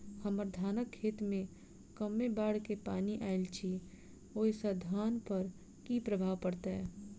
हम्मर धानक खेत मे कमे बाढ़ केँ पानि आइल अछि, ओय सँ धान पर की प्रभाव पड़तै?